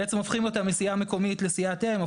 בעצם הופכים אותה מסיעה מקומית לסיעת אם,